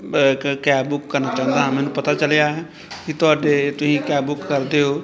ਕ cab book ਕਰਨਾ ਚਾਹੁੰਦਾ ਹਾਂ ਮੈਨੂੰ ਪਤਾ ਚੱਲਿਆ ਹੈ ਕਿ ਤੁਹਾਡੇ ਤੁਸੀਂ ਕੈਬ ਬੁੱਕ ਕਰਦੇ ਹੋ